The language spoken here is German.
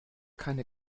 keine